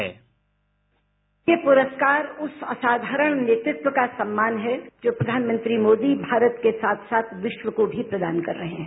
sound bite ये पुरस्कार उस असाधारण नेतृत्व का सम्मान है जो प्रधानमंत्री मोदी भारत के साथ साथ विश्व को भी प्रदान कर रहे हैं